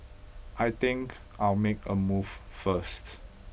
I think I'll make a move first